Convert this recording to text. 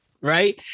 Right